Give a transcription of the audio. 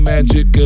Magic